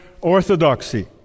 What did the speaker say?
orthodoxy